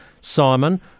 Simon